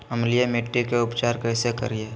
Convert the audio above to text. अम्लीय मिट्टी के उपचार कैसे करियाय?